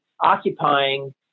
occupying